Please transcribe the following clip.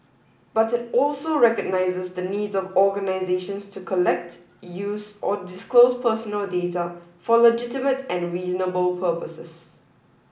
but it also recognises the needs of organisations to collect use or disclose personal data for legitimate and reasonable purposes